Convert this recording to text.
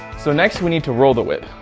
so next, we need to roll the width.